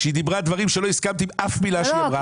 כשהיא דיברה דברים שלא הסכמתי עם אף מילה שלה.